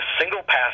single-pass